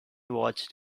watched